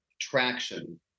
traction